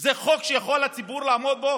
זה חוק שיכול הציבור לעמוד בו?